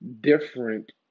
different